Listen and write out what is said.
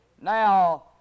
Now